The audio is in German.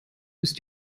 ist